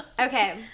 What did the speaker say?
Okay